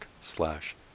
slash